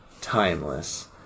timeless